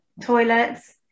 toilets